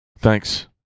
thanks